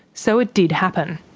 so it did happen.